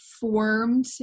formed